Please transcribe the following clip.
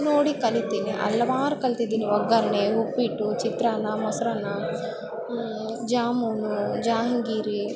ನೋಡಿ ಕಲಿತೀನಿ ಹಲ್ವಾರು ಕಲ್ತಿದ್ದೀನಿ ಒಗ್ಗರಣೆ ಉಪ್ಪಿಟ್ಟು ಚಿತ್ರಾನ್ನ ಮೊಸರನ್ನ ಜಾಮೂನು ಜಾಂಗಿರಿ